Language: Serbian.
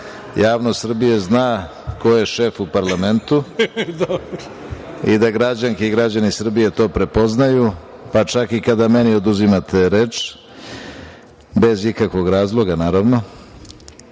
javnost Srbije zna ko je šef u parlamentu i da građani i građanke Srbije to prepoznaju, pa čak i kada meni oduzimate reč bez ikakvog razloga, naravno,